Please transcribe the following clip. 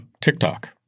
TikTok